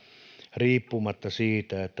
riippumatta siitä